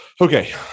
Okay